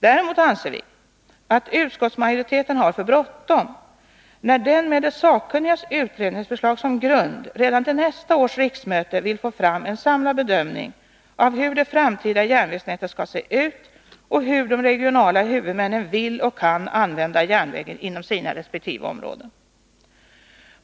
Däremot anser vi att utskottsmajoriteten har för bråttom när den med de sakkunnigas utredningsförslag som grund redan till nästa års riksmöte vill få fram en samlad bedömning av hur det framtida järnvägsnätet skall se ut och hur de regionala huvudmännen vill och kan använda järnvägen inom sina resp. områden.